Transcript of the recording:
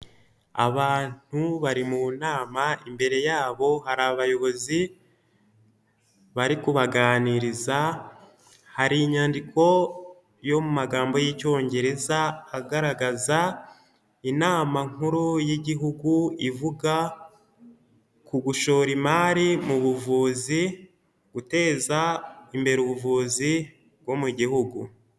Abantu bari mu nama imbere yabo hari abayobozi bari kubaganiriza, hari inyandiko yo mu magambo y'icyongereza agaragaza inama nkuru y'igihugu ivuga ku gushora imari mu buvuzi, guteza imbere ubuvuzi bwo mu gihugu.